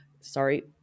Sorry